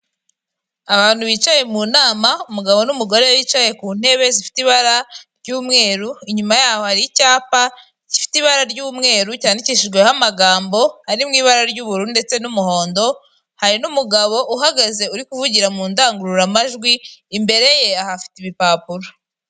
Abantu bicaye mu nama umugabo n'umugore, bicaye ku ntebe zifite ibara ry'umweru, inyuma yaho hari icyapa gifite ibara ry'umweru cyandikishijweho amagambo ari mu ibara ry'ubururu ndetse n'umuhondo, hari n'umugabo uhagaze uri kuvugira mu ndangururamajwi, imbere ye ahafite ibipapuro.